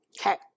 Okay